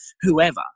whoever